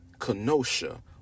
Kenosha